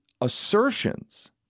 assertions